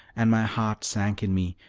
and my heart sank in me,